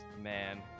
Man